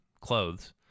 clothes